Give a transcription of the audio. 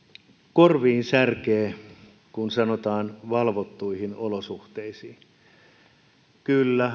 korviin särkee kun sanotaan valvottuihin olosuhteisiin kyllä